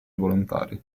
volontari